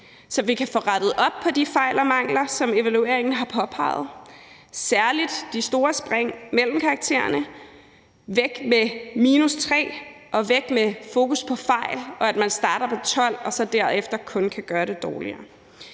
så vi kan få rettet op på de fejl og mangler, som evalueringen har påpeget, særlig de store spring mellem karaktererne, og at vi skal af med karakteren -3 og fokus på fejl, og at man starter på 12 og så derefter kun kan gøre det dårligere.